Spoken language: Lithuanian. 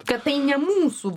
kad tai ne mūsų